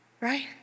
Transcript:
right